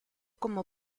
como